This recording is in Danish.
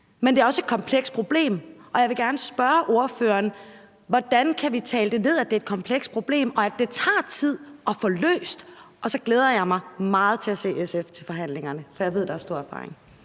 Men det er også et komplekst problem, og jeg vil gerne spørge ordføreren: Hvordan kan vi tage det ned, at det er et komplekst problem, og at det tager tid at få løst? Og så glæder jeg mig meget til at se SF til forhandlingerne, for jeg ved, at der er stor erfaring.